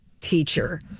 teacher